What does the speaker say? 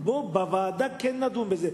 בוועדה כן נדון בזה,